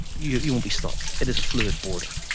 you you won't be stopped, it is a fluid border.